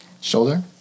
Shoulder